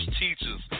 teachers